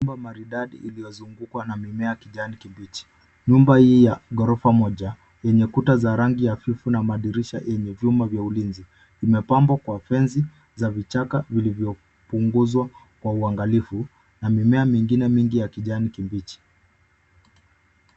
Nyumba maridadi iliyozungukwa na mimea ya kijani kibichi. Nyumba hii ya ghorofa moja yenye kuta za rangi hafifu na madirisha zenye vyuma vya ulinzi. Imepambwa kwa fensi za vichaka vilivyopunguzwa kwa uangalifu na mimea mingine mingi ya kijani kibichi.